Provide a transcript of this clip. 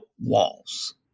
walls